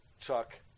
Chuck